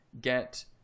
get